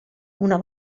una